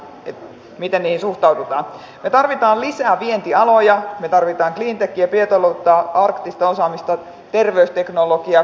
täällä on pidetty hyviä puheenvuoroja siitä miten tämä budjetti iskee pienituloisiin ja heikommassa asemassa oleviin todella kovaa